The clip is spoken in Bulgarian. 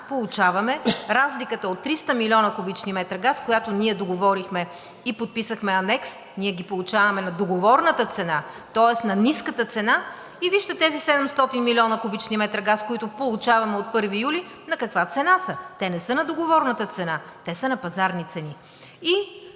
получаваме разликата от 300 млн. кубични метра газ, която ние договорихме и подписахме анекс, ние ги получаваме на договорната цена, тоест на ниската цена, и вижте тези 700 млн. кубични метра газ, които получаваме от 1 юли, на каква цена са. Те не са на договорната цена, те са на пазарни цени.